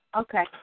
okay